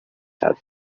had